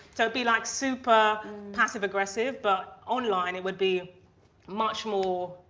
so be like super passive-aggressive but online it would be much more